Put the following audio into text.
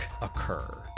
occur